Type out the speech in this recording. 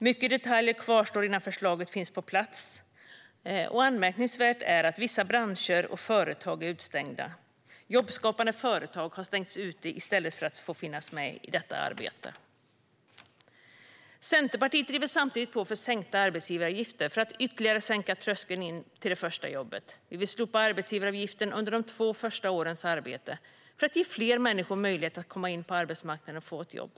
Många detaljer kvarstår innan förslaget finns på plats, och anmärkningsvärt är att vissa branscher och företag är utestängda. Jobbskapande företag har stängts ute i stället för att få vara med i detta arbete. Centerpartiet driver samtidigt på för sänkta arbetsgivaravgifter för att ytterligare sänka tröskeln till det första jobbet. Vi vill slopa arbetsgivaravgiften under de två första årens arbete för att ge fler människor möjlighet att komma in på arbetsmarknaden och få ett jobb.